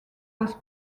was